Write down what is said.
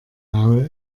maul